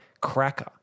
cracker